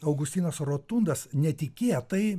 augustinas rotundas netikėtai